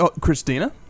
christina